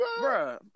bro